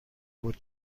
بود